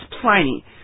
Pliny